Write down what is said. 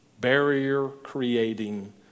barrier-creating